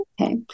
Okay